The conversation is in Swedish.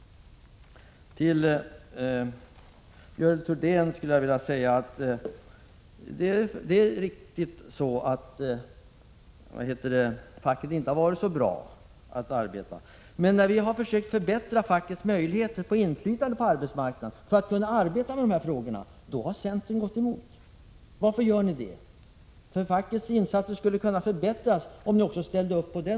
Till Görel Thurdin: Det är riktigt att facket inte har arbetat så bra. Men när vi har försökt att förbättra fackets möjligheter till inflytande på arbetsmarknaden när det gäller dessa frågor, då har centern gått emot oss. Varför gör ni det? Fackets insatser skulle kunna förbättras om ni ställde upp här.